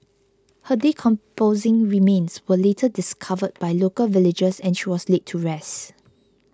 her decomposing remains were later discovered by local villagers and she was laid to rest